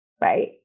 Right